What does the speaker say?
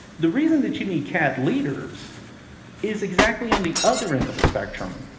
the reason that you need cad leaders is exactly on the other end of the spectrum.